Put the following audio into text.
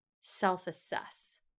self-assess